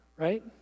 right